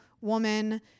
woman